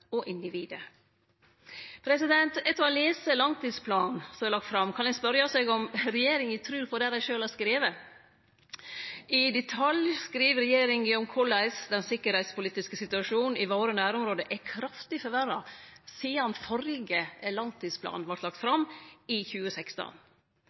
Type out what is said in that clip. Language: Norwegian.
og individet.» Etter å ha lese langtidsplanen som er lagd fram, kan ein spørje seg om regjeringa trur på det ein sjølv har skrive. I detalj skriv regjeringa om korleis den sikkerheitspolitiske situasjonen i våre nærområde er kraftig forverra sidan førre langtidsplan vart